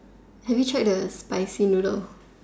have you tried the spicy noodle